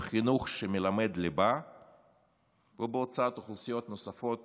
בחינוך שמלמד ליבה ובהוצאת אוכלוסיות נוספות